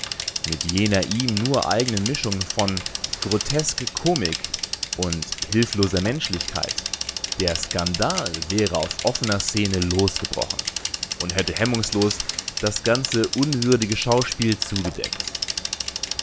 mit jener ihm nur eigenen mischung von grotesk-komik und hilfloser menschlichkeit der skandal wäre auf offener szene losgebrochen und hätte hemmungslos das ganze unwürdige schauspiel zugedeckt